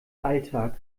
alltag